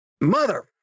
mother